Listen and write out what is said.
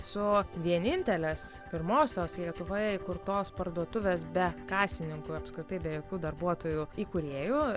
su vienintelės pirmosios lietuvoje įkurtos parduotuvės be kasininkų apskritai be jokių darbuotojų įkūrėju